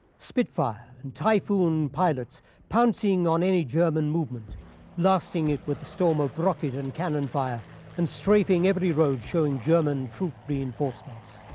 spitfire and typhoon pilots pouncing on any german movement blasting it with a storm of rocket and cannon fire and strafing every road showing german troop reinforcements.